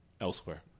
elsewhere